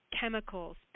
chemicals